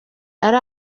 ari